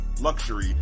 luxury